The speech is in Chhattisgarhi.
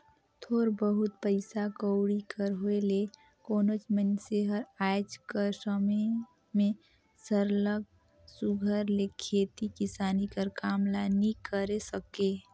थोर बहुत पइसा कउड़ी कर होए ले कोनोच मइनसे हर आएज कर समे में सरलग सुग्घर ले खेती किसानी कर काम ल नी करे सके